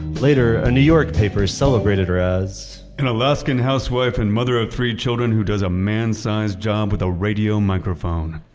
later, a new york paper celebrated her as as an alaskan housewife and mother of three children who does a man-sized job with a radio microphone.